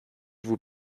vous